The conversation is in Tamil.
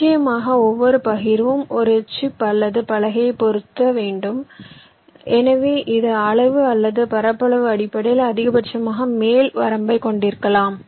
நிச்சயமாக ஒவ்வொரு பகிர்வுக்கும் ஒரு சிப் அல்லது பலகையைப் பொருத்த வேண்டும் எனவே இது அளவு அல்லது பரப்பளவு அடிப்படையில் அதிகபட்சமாக மேல் வரம்பைக் கொண்டிருக்கலாம்